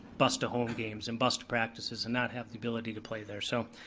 bus to home games and bus to practices and not have the ability to play there. so,